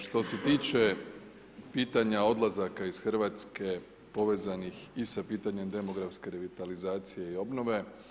Što se tiče pitanja odlazaka iz Hrvatske, povezanih i sa pitanjem demografske revitalizacije i obnove.